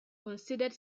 considered